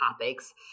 topics